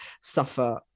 suffer